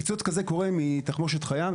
פיצוץ כזה קורה מתחמושת חיה,